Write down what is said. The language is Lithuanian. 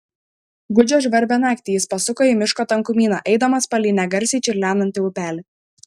gūdžią žvarbią naktį jis pasuko į miško tankumyną eidamas palei negarsiai čiurlenantį upelį